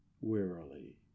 wearily